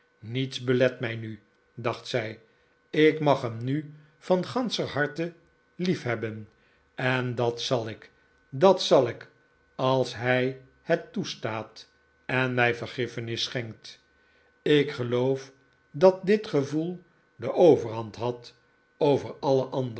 niets belet mij nu dacht zij ik mag hem nu van ganscher harte liefhebben en dat zal ik dat zal ik als hij het toestaat en mij vergiffenis schenkt ik geloof dat dit gevoel de overhand had over alle